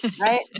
right